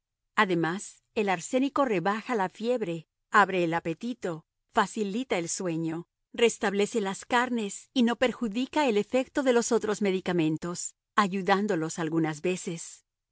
además el arsénico rebaja la fiebre abre el apetito facilita el sueño restablece las carnes y no perjudica el efecto de los otros medicamentos ayudándolos algunas veces